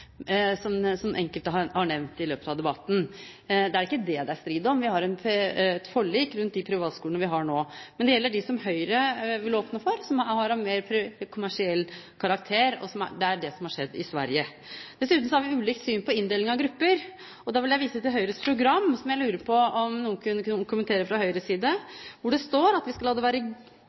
har, som enkelte har nevnt i løpet av debatten. Det er ikke det det er strid om – vi har et forlik rundt de privatskolene vi har nå – men det gjelder de privatskolene som Høyre vil åpne for, som har en mer kommersiell karakter. Det er det som har skjedd i Sverige. Dessuten har vi ulikt syn på inndeling av grupper. Da vil jeg vise til Høyres program – som jeg lurer på om noen kunne kommentere fra Høyres side – hvor det står at vi skal «la dette være grunnlag for undervisning som er tilpasset elevenes ferdighetsnivå fra første trinn», og det